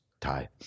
tie